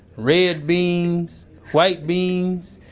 red beans, white beans.